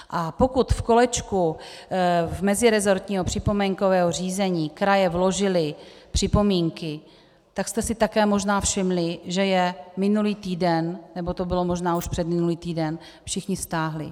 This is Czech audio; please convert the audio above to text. A pokud v kolečku meziresortního připomínkového řízení kraje vložily připomínky, tak jste si také možná všimli, že je minulý týden nebo to bylo možná už předminulý týden všichni stáhli.